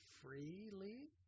freely